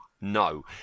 No